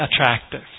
attractive